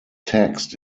text